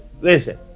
listen